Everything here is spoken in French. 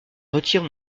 retire